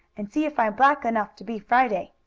and see if i'm black enough to be friday.